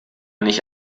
nicht